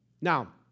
Now